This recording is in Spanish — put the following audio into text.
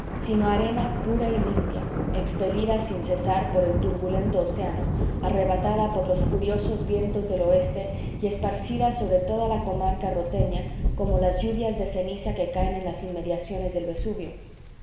sino arena pura y limpia expelida sin cesar por el turbulento océano arrebatada por los furiosos vientos del oeste y esparcida sobre toda la comarca roteña como las lluvias de ceniza que caen en las inmediaciones del vesubio